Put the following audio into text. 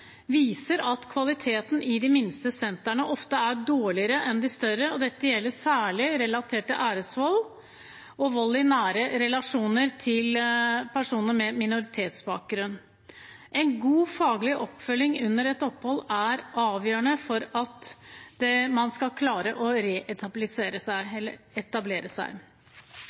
viser at kvaliteten i de minste sentrene ofte er dårligere enn i de større, og dette gjelder særlig relatert til æresvold og vold i nære relasjoner for personer med minoritetsbakgrunn. En god faglig oppfølging under et opphold er avgjørende for at man skal klare å reetablere seg, eller etablere seg.